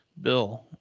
bill